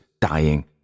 dying